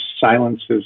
silences